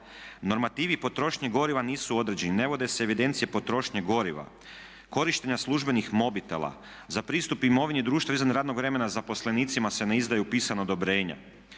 normativi potrošnje goriva nisu određeni. Ne vode se evidencije potrošnje goriva, korištenja službenih mobitela. Za pristup imovini društva izvan radnog vremena zaposlenicima se ne izdaju pisana odobrenja.